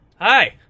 Hi